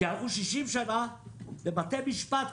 כי עברו 60 שנה ובתי משפט,